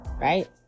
right